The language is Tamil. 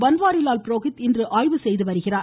பன்வாரிலால் புரோகித் இன்று ஆய்வு செய்து வருகிறார்